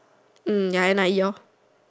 ya and